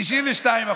ב-92%.